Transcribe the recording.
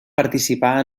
participar